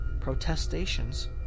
protestations